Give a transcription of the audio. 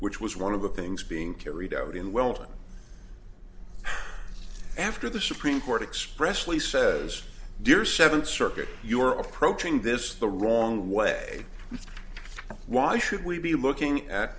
which was one of the things being carried out in welton after the supreme court expressly says dear seventh circuit you are approaching this the wrong way why should we be looking at